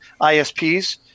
ISPs